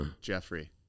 jeffrey